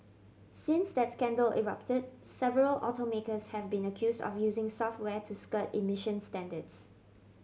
since that scandal erupted several automakers have been accuse of using software to skirt emissions standards